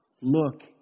Look